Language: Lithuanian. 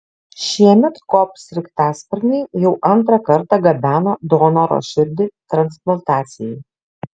šiemet kop sraigtasparniai jau antrą kartą gabeno donoro širdį transplantacijai